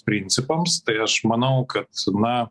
principams tai aš manau kad na